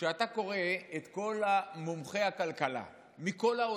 כשאתה קורא את כל מומחי הכלכלה מכל העולם,